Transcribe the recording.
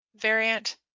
variant